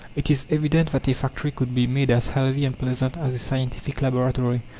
it is evident that a factory could be made as healthy and pleasant as a scientific laboratory.